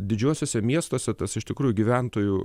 didžiuosiuose miestuose tas iš tikrųjų gyventojų